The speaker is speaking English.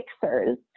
fixers